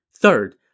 Third